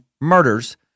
murders